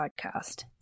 Podcast